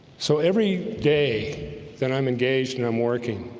so every day that i'm engaged and i'm working